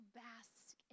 bask